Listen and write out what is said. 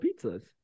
pizzas